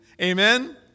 Amen